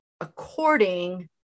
according